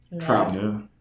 travel